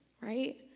right